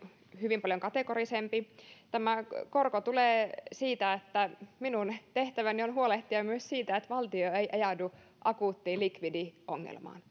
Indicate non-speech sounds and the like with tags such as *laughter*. hyvin paljon kategorisempi tämä korko tulee siitä että minun tehtäväni on huolehtia myös siitä että valtio ei ajaudu akuuttiin likvidiongelmaan *unintelligible*